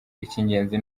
ikingenzi